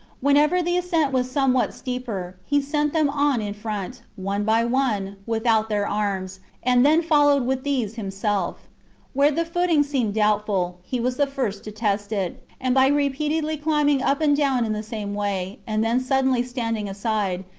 whenever the ascent was somewhat steeper, he sent them on in front, one by one, without their arms, and then followed with these himself where the footing seemed doubtful, he was the first to test it, and by repeatedly climbing up and down in the same way, and then suddenly standing aside,